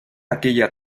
aquella